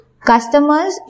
Customers